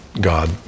God